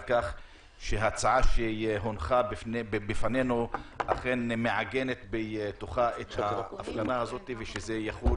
על כך שההצעה שהונחה בפנינו אכן מעגנת בתוכה את האבחנה וזה יחול,